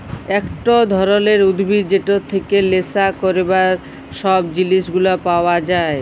একট ধরলের উদ্ভিদ যেটর থেক্যে লেসা ক্যরবার সব জিলিস গুলা পাওয়া যায়